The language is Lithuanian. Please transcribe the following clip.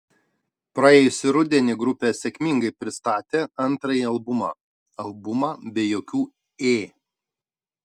praėjusį rudenį grupė sėkmingai pristatė antrąjį albumą albumą be jokių ė